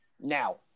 now